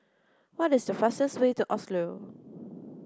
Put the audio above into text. what is the fastest way to Oslo